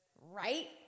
Right